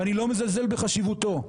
ואני לא מזלזל בחשיבותו .